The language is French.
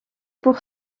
pour